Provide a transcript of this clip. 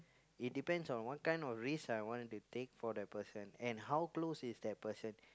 it depends what kind of risks I want to take for that person and how close is that person